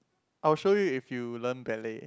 I will show you if you learn ballet